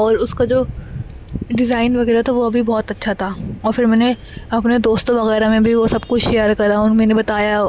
اور اس کا جو ڈیزائن وغیرہ تھا وہ بھی بہت اچھا تھا اور پھر میں نے اپنے دوستوں وغیرہ میں بھی وہ سب کچھ شیئر کرا ان میں نے بتایا